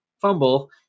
fumble